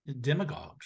demagogues